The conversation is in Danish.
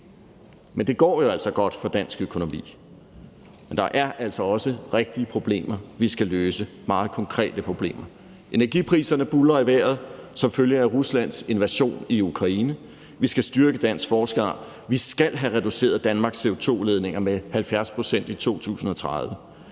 for. Det går jo altså godt for dansk økonomi, men der er altså også rigtige problemer, vi skal løse. Det er meget konkrete problemer: Energipriserne buldrer i vejret som følge af Ruslands invasion i Ukraine; vi skal styrke dansk forsvar, vi skal have reduceret Danmarks CO2-udledninger med 70 pct. i 2030;